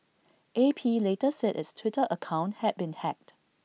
A P later said its Twitter account had been hacked